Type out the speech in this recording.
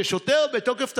ששוטר, מתוקף תפקידו,